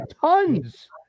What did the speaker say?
tons